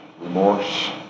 remorse